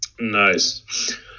Nice